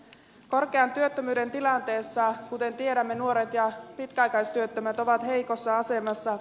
korkean työttömyyden tilanteessa kuten tiedämme nuoret ja pitkäaikaistyöttömät ovat heikossa asemassa